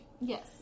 Yes